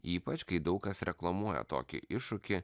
ypač kai daug kas reklamuoja tokį iššūkį